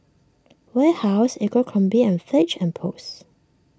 Warehouse Abercrombie and Fitch and Post